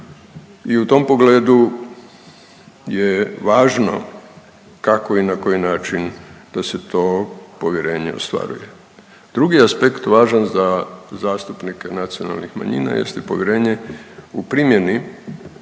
I u tom pogledu je važno kako i na koji način da se to povjerenje ostvaruje. Drugi aspekt važan za zastupnice nacionalnih manjina jeste povjerenje u primjeni